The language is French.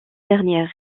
dernières